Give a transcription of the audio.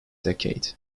decade